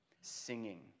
singing